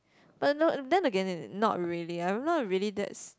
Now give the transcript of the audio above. but not then again n~ not really I'm not really that